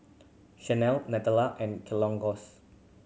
Chanel Nutella and Kellogg's